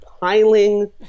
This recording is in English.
piling